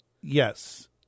Yes